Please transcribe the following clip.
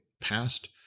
passed